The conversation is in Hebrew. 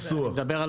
אתה מדבר על